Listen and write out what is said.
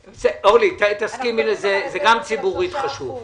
אורלי, תסכימי לזה, גם ציבורית זה חשוב.